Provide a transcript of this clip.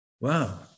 wow